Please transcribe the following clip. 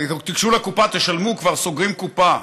וגם תיגשו לקופה ותשלמו, כבר סוגרים קופה.